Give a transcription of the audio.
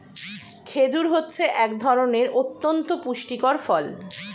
খেজুর হচ্ছে এক ধরনের অতন্ত পুষ্টিকর ফল